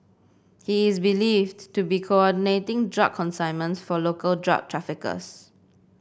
he is believed to be coordinating drug consignments for local drug traffickers